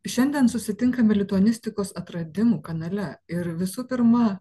šiandien susitinkame lituanistikos atradimų kanale ir visų pirma